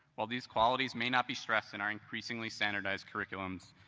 while these qualities may not be stressed in our increasingly standardized curriculums,